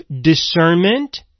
discernment